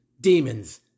demons